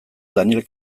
daniel